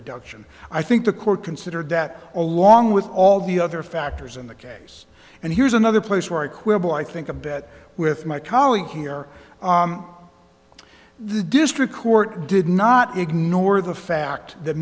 reduction i think the court considered that along with all the other factors in the case and here's another place where i quibble i think a bet with my colleague here the district court did not ignore the fact that